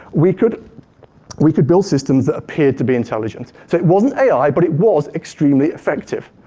we could we could build systems that appeared to be intelligent. so it wasn't ai, but it was extremely effective.